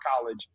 college